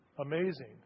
amazing